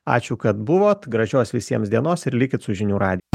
ačiū kad buvot gražios visiems dienos ir likit su žinių rad